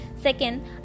Second